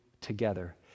together